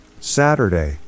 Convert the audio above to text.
Saturday